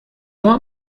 want